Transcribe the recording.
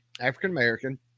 african-american